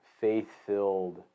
faith-filled